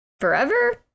forever